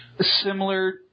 similar